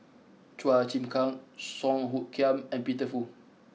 Chua Chim Kang Song Hoot Kiam and Peter Fu